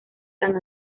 san